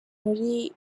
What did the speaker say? muri